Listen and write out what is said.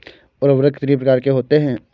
उर्वरक कितनी प्रकार के होते हैं?